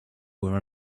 were